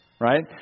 Right